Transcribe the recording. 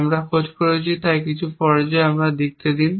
আমরা খুঁজছি তাই কিছু পর্যায়ে তাই আমাকে লিখতে দিন